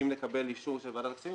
אם נקבל אישור של ועדת הכספים,